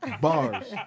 Bars